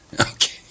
Okay